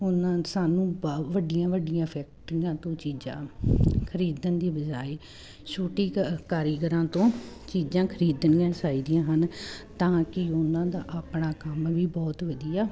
ਉਹਨਾਂ ਸਾਨੂੰ ਬਹੁਤ ਵੱਡੀਆਂ ਵੱਡੀਆਂ ਫੈਕਟਰੀਆਂ ਤੋਂ ਚੀਜ਼ਾਂ ਖਰੀਦਣ ਦੀ ਬਜਾਏ ਛੋਟੀ ਕਾਰੀਗਰਾਂ ਤੋਂ ਚੀਜ਼ਾਂ ਖਰੀਦਣੀਆਂ ਚਾਹੀਦੀਆਂ ਹਨ ਤਾਂ ਕਿ ਉਹਨਾਂ ਦਾ ਆਪਣਾ ਕੰਮ ਵੀ ਬਹੁਤ ਵਧੀਆ